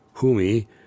Humi